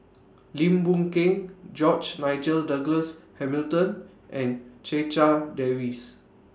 Lim Boon Keng George Nigel Douglas Hamilton and Checha Davies